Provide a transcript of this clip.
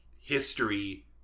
history